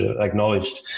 acknowledged